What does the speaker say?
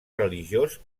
religiós